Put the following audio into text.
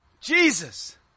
Jesus